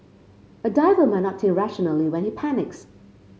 a diver might not think rationally when he panics